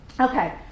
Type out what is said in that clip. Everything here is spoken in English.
Okay